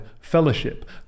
fellowship